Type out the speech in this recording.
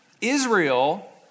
Israel